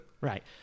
Right